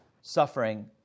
suffering